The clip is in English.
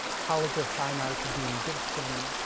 college of fine arts, dean gibson,